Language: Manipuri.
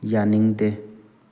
ꯌꯥꯅꯤꯡꯗꯦ